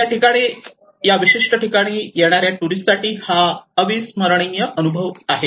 या विशिष्ट ठिकाणी येणाऱ्या टुरिस्ट साठी हा अविस्मरणीय अनुभव आहे